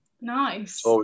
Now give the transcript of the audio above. Nice